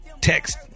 text